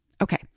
Okay